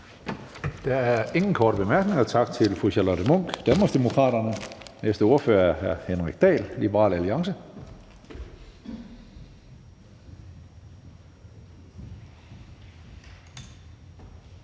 Der er ingen korte bemærkninger. Tak til fru Charlotte Munch, Danmarksdemokraterne. Den næste ordfører er hr. Henrik Dahl, Liberal Alliance.